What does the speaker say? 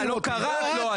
אם אני מבין נכון,